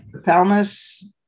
Thalamus